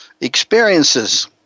experiences